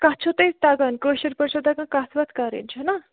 کتھ چھو تۄہہِ تگان کٲشر پٲٹھۍ چھو تۄہہِ تگان کتھ وتھ کرنۍ چھَ نہ